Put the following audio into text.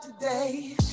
today